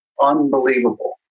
unbelievable